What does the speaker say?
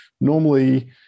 normally